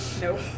nope